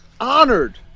honored